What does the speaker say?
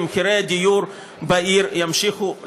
כי מחירי הדיור בעיר ימשיכו לעלות.